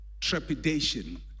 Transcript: trepidation